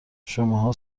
شماها